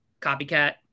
Copycat